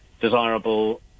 desirable